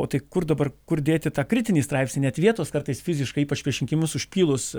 o tai kur dabar kur dėti tą kritinį straipsnį net vietos kartais fiziškai ypač prieš rinkimus užpylus